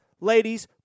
ladies